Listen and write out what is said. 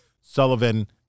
Sullivan